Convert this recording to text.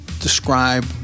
describe